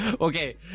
Okay